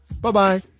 Bye-bye